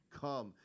Come